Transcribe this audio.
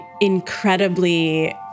incredibly